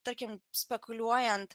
tarkim spekuliuojant